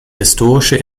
historische